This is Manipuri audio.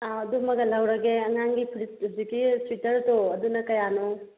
ꯑꯥꯎ ꯑꯗꯨꯃꯒ ꯂꯧꯔꯒꯦ ꯑꯉꯥꯡꯒꯤ ꯐꯨꯔꯤꯠ ꯍꯧꯖꯤꯛꯀꯤ ꯁ꯭ꯋꯦꯇꯔꯗꯣ ꯑꯗꯨꯅ ꯀꯌꯥꯅꯣ